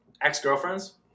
ex-girlfriends